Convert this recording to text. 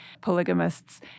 polygamists